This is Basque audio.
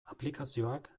aplikazioak